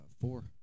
four